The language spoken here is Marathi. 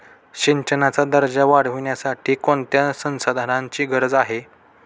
सिंचनाचा दर्जा वाढविण्यासाठी कोणत्या संसाधनांची गरज आहे?